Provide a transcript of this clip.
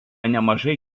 nemažai